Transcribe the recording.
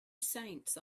saints